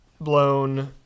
blown